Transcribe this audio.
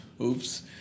oops